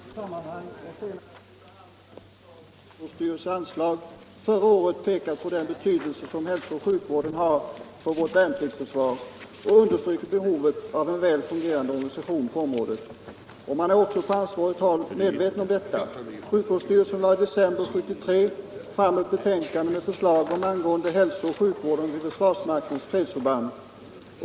Herr talman! Försvarsutskottet har i olika sammanhang, senast vid behandlingen av försvarets sjukvårdsstyrelses anslag förra året, pekat på den betydelse som hälsooch sjukvården har för vårt värnpliktsförsvar och understrukit behovet av en väl fungerande organisation på området. Man är också på ansvarigt håll medveten om detta. Sjukvårdsstyrelsen lade i december 1973 fram ett betänkande med förslag angående hälsooch sjukvården vid försvarsmaktens fredsförband.